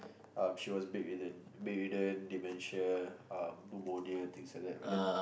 um she was bed ridden bed ridden dementia um Pneumonia things like that but then